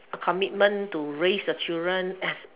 a commitment to raise the children as